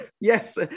yes